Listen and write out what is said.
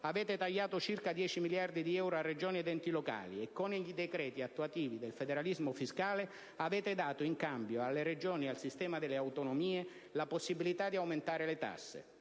avete tagliato circa 10 miliardi di euro a Regioni ed enti locali e che con i decreti attuativi del federalismo fiscale avete dato in cambio alle Regioni e al sistema delle autonomie la possibilità di aumentare le tasse.